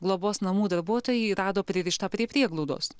globos namų darbuotojai rado pririštą prie prieglaudos